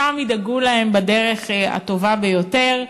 ושם ידאגו להם בדרך הטובה ביותר.